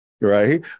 right